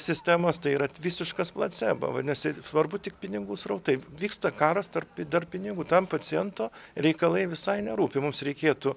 sistemos tai yra visiškas placebo vadinasi svarbu tik pinigų srautai vyksta karas tarp dar pinigų tam paciento reikalai visai nerūpi mums reikėtų